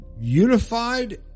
unified